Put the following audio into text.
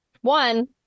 One